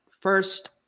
first